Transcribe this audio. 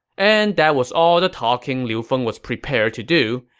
and that was all the talking liu feng was prepared to do.